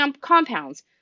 compounds